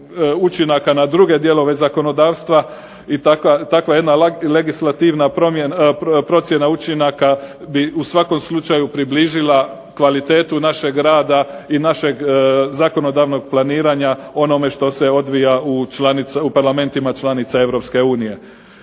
učinaka na druge dijelove zakonodavstva i takva jedna legislativna procjena učinaka bi u svakom slučaju približila kvalitetu našeg rada i našeg zakonodavnog planiranja onome što se odvija u parlamentima članica EU.